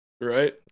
right